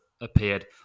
appeared